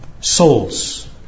souls